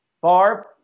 Barb